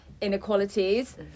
inequalities